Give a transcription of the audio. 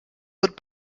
wird